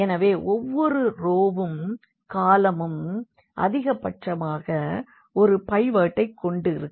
எனவே ஒவ்வொரு ரோவும் காலமும் அதிகபட்சமாக ஒரு பைவோட்டை கொண்டிருக்கும்